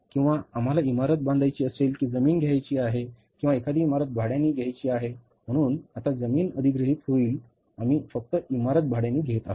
किंवा आम्हाला इमारत बांधायची असेल की जमीन घ्यायची आहे किंवा एखादी इमारत भाड्याने घ्यायची आहे म्हणून आता जमीन अधिग्रहित होईल आम्ही फक्त इमारत भाड्याने घेत आहोत